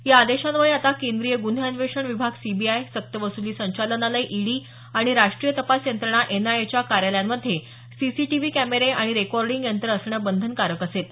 या आदेशान्वये आता केंद्रीय गुन्हे अन्वेषण विभाग सीबीआय सक्तवसुली संचलनालय ईडी आणि राष्टीय तपास यंत्रणा एनआयएच्या कार्यालयांमध्ये सीसीटीव्ही कॅमेरे आणि रेकॉर्डिंग यंत्रं असणं बंधनकारक असेल